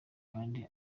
kandi